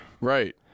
right